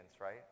right